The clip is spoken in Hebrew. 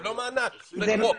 זה לא מענק, זה חוק.